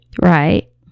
Right